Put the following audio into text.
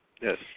Yes